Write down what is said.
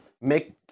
Make